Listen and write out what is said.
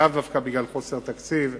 לאו דווקא בגלל חוסר תקציב,